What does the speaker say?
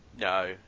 No